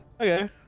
okay